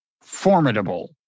formidable